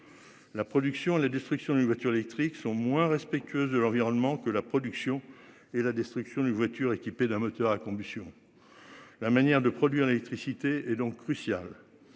La production et la destruction d'une voiture électrique sont moins respectueuse de l'environnement que la production et la destruction d'une voiture équipée d'un moteur à combustion. La manière de produire de l'électricité est donc crucial.